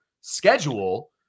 schedule